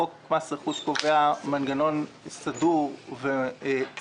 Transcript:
חוק מס רכוש קובע מנגנון סדור וסגור